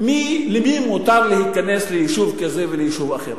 למי מותר להיכנס ליישוב כזה וליישוב אחר.